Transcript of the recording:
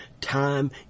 time